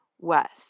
West